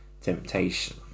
temptation